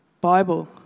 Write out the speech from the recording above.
Bible